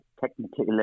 technically